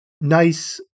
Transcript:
nice